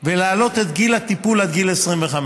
ולהעלות את גיל הטיפול עד גיל 25,